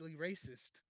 racist